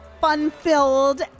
fun-filled